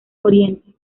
oriente